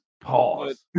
pause